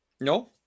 No